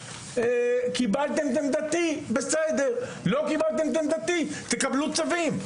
קיבלתם את עמדתי, בסדר, לא קיבלתם, תקבלו צווים.